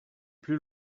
plus